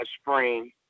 spring –